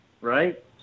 right